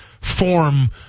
form